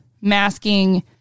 masking